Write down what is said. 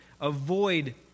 avoid